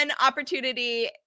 opportunity